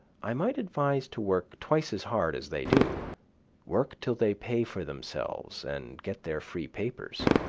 i might advise to work twice as hard as they do work till they pay for themselves, and get their free papers.